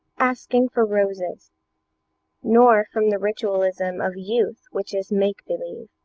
asking for roses nor from the ritualism of youth which is make-believe.